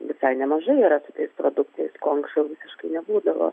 visai nemažai yra produktais ko anksčiau visiškai nebūdavo